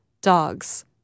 dogs